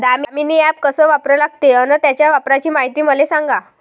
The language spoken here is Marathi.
दामीनी ॲप कस वापरा लागते? अन त्याच्या वापराची मायती मले सांगा